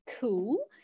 cool